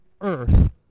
earth